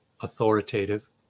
authoritative